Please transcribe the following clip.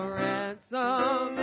ransom